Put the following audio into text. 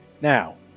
Now